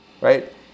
right